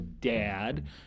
dad